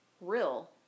real